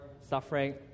suffering